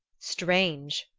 strange,